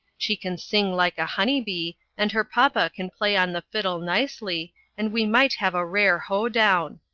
she can sing like a hunny bee and her papa can play on the fiddle nicely and we might have a rare ho-down.